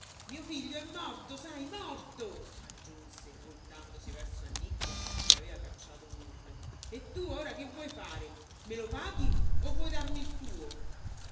mio figlio è morto sai morto aggiunse voltandosi verso annicchia che aveva cacciato un urlo e tu ora che vuoi fare me lo paghi o vuoi darmi il tuo